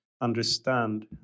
understand